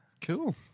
Cool